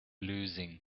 losing